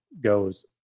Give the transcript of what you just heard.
goes